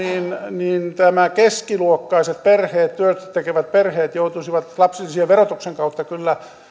niin nämä keskiluokkaiset perheet työtä tekevät perheet joutuisivat lapsilisien verotuksen kautta kyllä